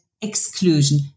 exclusion